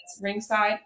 ringside